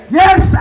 yes